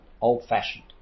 old-fashioned